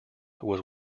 was